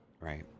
Right